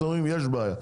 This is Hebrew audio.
אתם אומרים שיש בעיה.